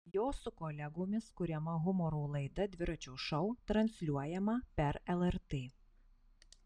jo su kolegomis kuriama humoro laida dviračio šou transliuojama per lrt